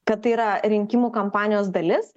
kad tai yra rinkimų kampanijos dalis